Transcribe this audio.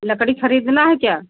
लकड़ी ख़रीदना है क्या